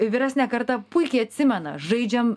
vyresnė karta puikiai atsimena žaidžiam